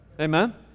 Amen